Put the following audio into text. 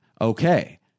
Okay